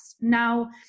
Now